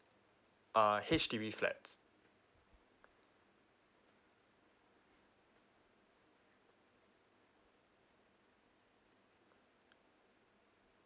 uh H_D_B flats